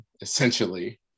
essentially